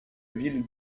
ville